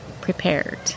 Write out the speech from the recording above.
prepared